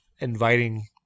inviting